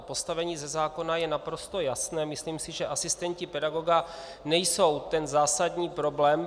Postavení ze zákona je naprosto jasné, myslím si, že asistenti pedagoga nejsou ten zásadní problém.